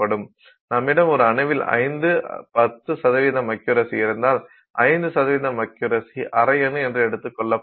நம்மிடம் ஒரு அணுவில் 510 அக்யுரசி இருந்தால் 5 அக்யுரசி அரை அணு என்று எடுத்துக்கொள்ளப்படும்